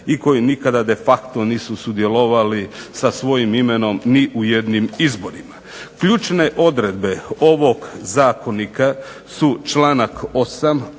i koji nikad de facto nisu sudjelovali sa svojim imenom ni u jednim izborima. Ključne odredbe ovog zakonika su članak 8.